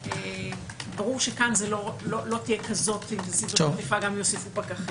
ברור שכאן לא תהיה כזאת --- גם אם יוסיפו פקחים,